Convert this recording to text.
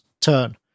turn